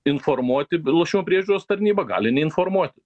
informuoti lošimų priežiūros tarnybą gali neinformuoti